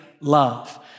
love